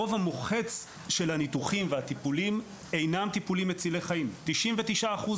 הרוב המוחץ של הניתוחים והטיפולים אינם טיפולים מצילי חיים 99 אחוז